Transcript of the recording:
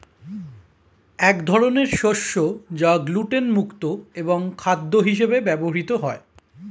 এক ধরনের শস্য যা গ্লুটেন মুক্ত এবং খাদ্য হিসেবে ব্যবহৃত হয়